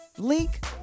link